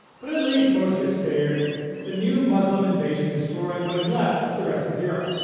but at least mostly spared the new muslim invasion destroying what is left of the rest of europe,